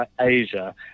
Asia